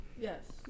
Yes